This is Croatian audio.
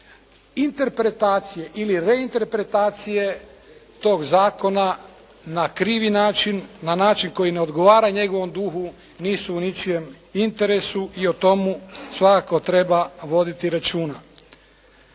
Interpretacija ili reinterpretacije tog zakona na krivi način, na način koji ne odgovara njegovom duhu nisu u ničijem interesu i o tomu svakako treba voditi računa.